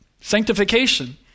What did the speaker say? Sanctification